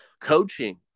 Coaching